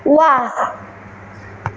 ৱাহ